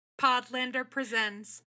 podlanderpresents